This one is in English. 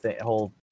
whole